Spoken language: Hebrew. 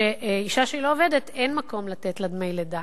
שאשה שהיא לא עובדת, אין מקום לתת לה דמי לידה,